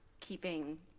keeping